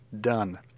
Done